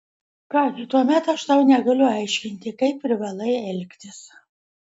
ką gi tuomet aš tau negaliu aiškinti kaip privalai elgtis